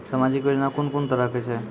समाजिक योजना कून कून तरहक छै?